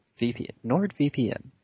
NordVPN